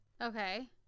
Okay